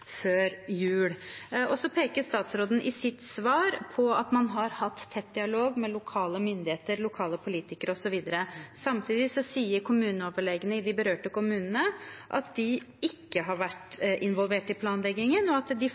før jul. Statsråden peker i sitt svar på at man har hatt tett dialog med lokale myndigheter, lokale politikere osv. Samtidig sier kommuneoverlegene i de berørte kommunene at de ikke har vært involvert i planleggingen, og at de